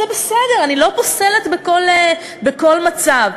אז זה בסדר, אני לא פוסלת בכל מצב.